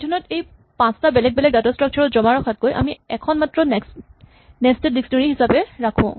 Python ত এই পাঁচটা বেলেগ বেলেগ ডাটা স্ট্ৰাক্সাৰ ত জমা ৰখাতকৈ আমি এখন মাত্ৰ নেস্টেড ডিক্সনেৰী হিচাপে ৰাখো